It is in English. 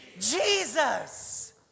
Jesus